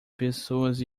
pessoas